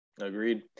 Agreed